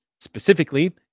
specifically